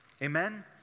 Amen